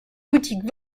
boutiques